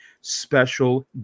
special